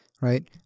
right